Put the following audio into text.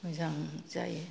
मोजां जायो